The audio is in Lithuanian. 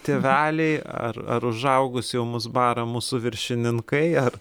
tėveliai ar ar užaugus jau mus bara mūsų viršininkai ar